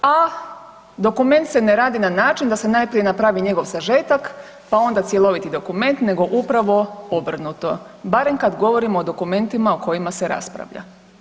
A dokument se ne radi na način da se najprije napravi njegov sažetak, pa onda cjeloviti dokument, nego upravo obrnuto, barem kad govorimo o dokumentima o kojima se raspravlja.